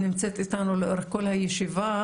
את נמצאת איתנו לאורך כל הישיבה.